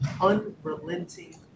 unrelenting